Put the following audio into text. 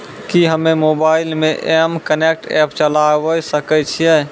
कि हम्मे मोबाइल मे एम कनेक्ट एप्प चलाबय सकै छियै?